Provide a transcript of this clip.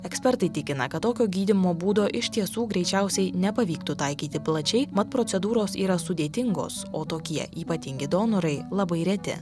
ekspertai tikina kad tokio gydymo būdo iš tiesų greičiausiai nepavyktų taikyti plačiai mat procedūros yra sudėtingos o tokie ypatingi donorai labai reti